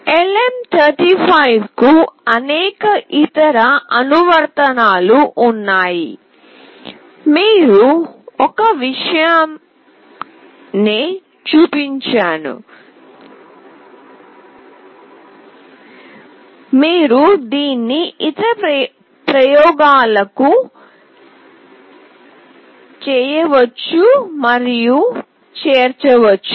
LM35 కు అనేక ఇతర అనువర్తనాలు ఉన్నాయి మీకు ఒక విషయం నే చూపించాము మీరు దీన్ని ఇతర ప్రయోగాలకు చేయవచ్చుమరియు చేర్చవచ్చు